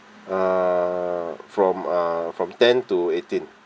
uh from uh from ten to eighteen